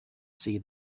see